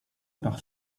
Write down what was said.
par